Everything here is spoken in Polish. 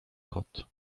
kot